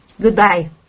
goodbye